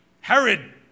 Herod